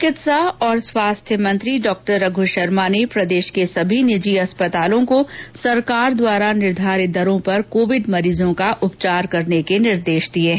चिकित्सा और स्वास्थ्य मंत्री डॉ रघ् शर्मा ने प्रदेश के सभी निजी अस्पतालों को सरकार द्वारा निर्धारित दरों पर कोविड मरीजों का उपचार करने के निर्देश दिए है